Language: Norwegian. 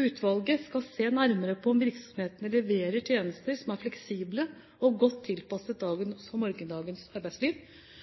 Utvalget skal se nærmere på om virksomhetene leverer tjenester som er fleksible og godt tilpasset dagens og morgendagens arbeidsliv,